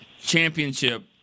championship